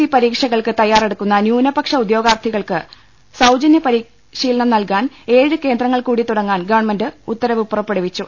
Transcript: C പരീക്ഷകൾക്ക് തയ്യാറെടു ക്കുന്ന ന്യൂനപക്ഷ ഉദ്യോഗാർത്ഥികൾക്ക് സൌജന്യ പരിശീ ലനം നൽകാൻ ഏഴ് കേന്ദ്രങ്ങൾകൂടി തുടങ്ങാൻ ഗവൺമെന്റ് ഉത്തരവ് പുറപ്പെടുവിച്ചു